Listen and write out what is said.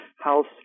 House